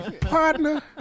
Partner